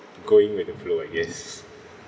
going with the flow I guess